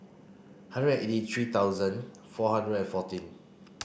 hundred eighty three thousand four hundred and fourteen